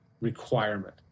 requirement